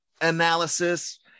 analysis